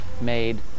made